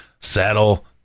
saddle